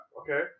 okay